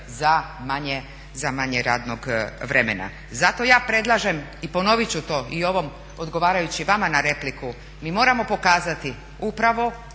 za manje radnog vremena. Zato ja predlažem i ponovit ću to i ovom odgovarajući vama na repliku, mi moramo pokazati upravo